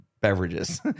beverages